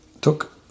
took